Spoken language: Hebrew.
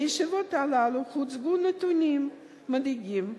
בישיבות האלה הוצגו נתונים מדאיגים: